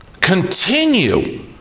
continue